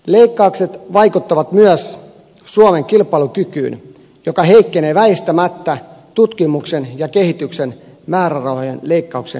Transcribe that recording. leikkaukset vaikuttavat myös suomen kilpailukykyyn joka heikkenee väistämättä tutkimuksen ja kehityksen määrärahojen leikkauksen johdosta